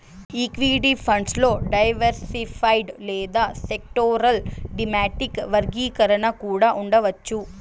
equity funds లో diversified లేదా sectoral, thematic వర్గీకరణ కూడా ఉండవచ్చు